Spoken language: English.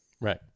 Right